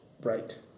Right